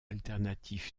alternatif